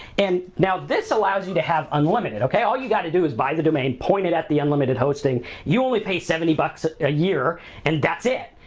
and now, this allows you to have unlimited, okay? all you gotta do is buy the domain, point it at the unlimited hosting. you only pay seventy bucks a year and that's it,